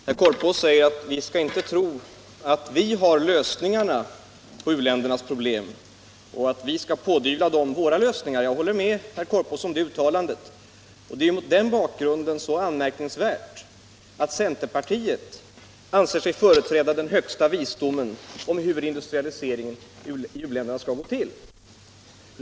Herr talman! Herr Korpås säger att vi inte skall tro att vi har lösningarna på u-ländernas problem och försöka pådyvla dem dessa lösningar. Jag håller med herr Korpås om det uttalandet, och det är mot den bakgrunden så anmärkningsvärt att centerpartiet anser sig företräda den högsta visdomen om hur industrialiseringen i u-länderna skall gå till.